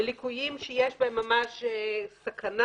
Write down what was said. בליקויים שיש בהם ממש סכנה,